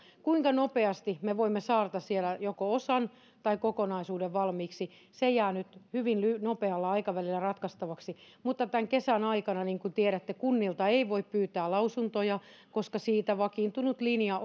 kuinka nopeasti me voimme saada siellä joko osan tai kokonaisuuden valmiiksi se jää nyt hyvin nopealla aikavälillä ratkaistavaksi mutta tämän kesän aikana niin kuin tiedätte kunnilta ei voi pyytää lausuntoja koska siitä on vakiintunut linja